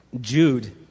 Jude